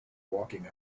walking